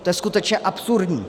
To je skutečně absurdní.